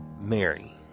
Mary